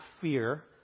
fear